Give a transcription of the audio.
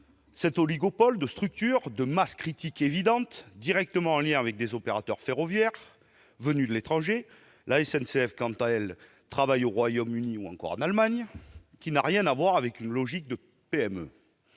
Cet oligopole de structures, de masse critique évidente, directement en lien avec des opérateurs ferroviaires venus de l'étranger- la SNCF, quant à elle, travaille au Royaume-Uni ou encore en Allemagne -, n'a rien à voir avec une logique de PME.